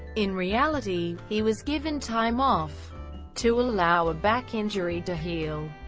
in reality, he was given time off to allow a back injury to heal.